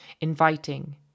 inviting